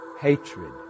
Hatred